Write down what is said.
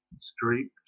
streaked